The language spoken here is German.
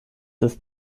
ist